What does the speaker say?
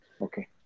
Okay